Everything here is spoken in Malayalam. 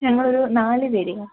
ഞങ്ങൾ ഒരു നാല് പേര് കാണും